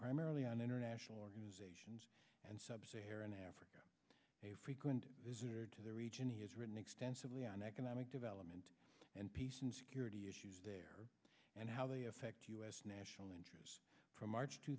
primarily on international organizations and sub saharan africa a frequent visitor to the region has written extensively on economic development and peace and security issues there and how they affect u s national interests from march two